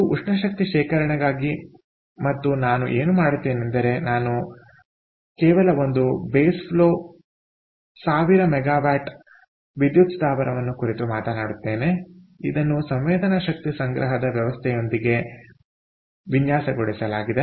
ಇದು ಉಷ್ಣ ಶಕ್ತಿ ಶೇಖರಣೆಗಾಗಿ ಮತ್ತು ನಾನು ಏನು ಮಾಡುತ್ತೇನೆಂದರೆ ನಾನು ಕೇವಲ ಒಂದು ಬೇಸ್ ಫ್ಲೋ 1000 MW ವಿದ್ಯುತ್ ಸ್ಥಾವರವನ್ನು ಕುರಿತು ಮಾತನಾಡುತ್ತೇನೆ ಇದನ್ನು ಸಂವೇದನಾ ಶಕ್ತಿ ಸಂಗ್ರಹದ ವ್ಯವಸ್ಥೆಯೊಂದಿಗೆ ವಿನ್ಯಾಸಗೊಳಿಸಲಾಗಿದೆ